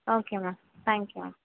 okay ma'am thank you ma'am